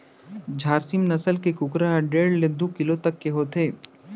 झारसीम नसल के कुकरा ह डेढ़ ले दू किलो तक के होथे